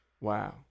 Wow